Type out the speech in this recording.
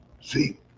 see